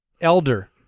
elder